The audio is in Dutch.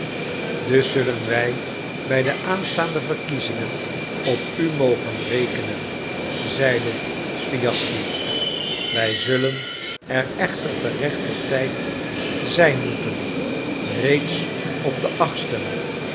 dus zullen wij bij de aanstaande verkiezingen op u mogen rekenen zeide swijaschsky wij zullen er echter ter rechter tijd zijn moeten reeds op den achtsten